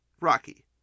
Rocky